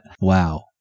Wow